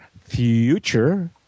future